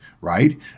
right